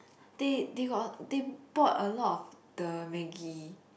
they they got they bought a lot of the maggi